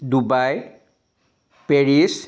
Dubai Paris